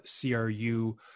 CRU